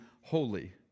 holy